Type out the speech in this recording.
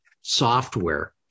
software